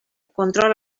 control